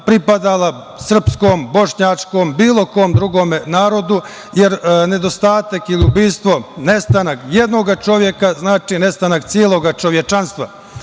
pripadala srpskom, bošnjačkom, bilo kom drugom narodu, jer nedostatak ili ubistvo, nestanak jednog čoveka znači nestanak celog čovečanstva.